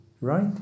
right